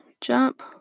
jump